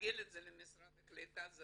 לגלגל את זה למשרד הקליטה זה